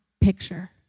picture